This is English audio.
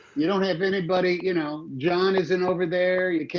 you don't have anybody you know, jon isn't over there, you